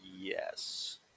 yes